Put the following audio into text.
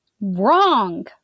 Wrong